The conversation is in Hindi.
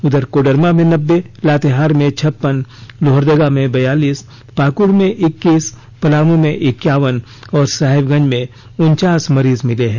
इधर कोडरमा में नब्बे लातेहार में छप्पन लोहरदगा में बयालीस पाकुड़ में इक्कीस पलामू में इक्यावन और साहेबगंज में उनचास मरीज मिले हैं